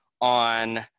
on